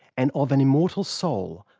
and of an immortal soul,